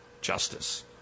justice